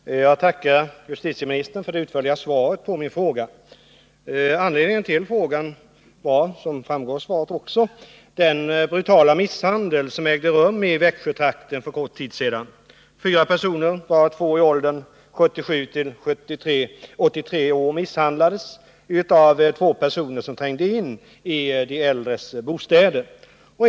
Herr talman! Jag tackar justitieministern för det utförliga svaret på min fråga. Anledningen till frågan var den brutala misshandel som ägde rum i Växjötrakten för kort tid sedan. Fyra personer, varav tre i åldern 77-83 år, misshandlades av två personer som trängde in i de äldres bostäder.